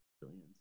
billions